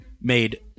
made